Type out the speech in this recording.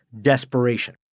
desperation